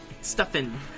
Stuffing